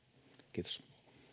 kiitos